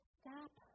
stop